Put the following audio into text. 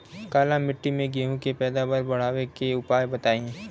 काली मिट्टी में गेहूँ के पैदावार बढ़ावे के उपाय बताई?